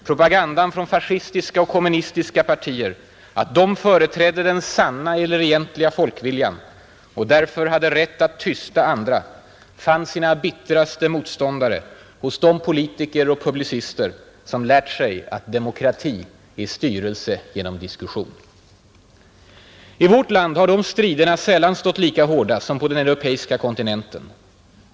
Propagandan från fascistiska och kommunistiska partier att de företrädde den ”sanna” eller ”egentliga” folkviljan och därför hade rätt att tysta andra fann sina bittraste motståndare hos de politiker och publicister som lärt sig att demokrati är styrelse genom diskussion. I vårt land har de striderna sällan stått lika hårda som på den europeiska kontinenten.